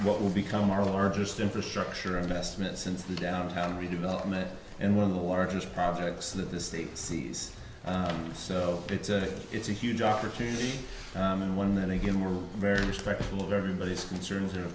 what will become our largest infrastructure investment since the downtown redevelopment and one of the largest projects that the state sees so it's a it's a huge opportunity and one that again we're very respectful of everybody's concerns are